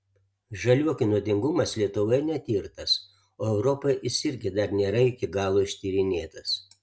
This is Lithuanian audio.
žaliuokių nuodingumas lietuvoje netirtas o europoje jis irgi dar nėra iki galo ištyrinėtas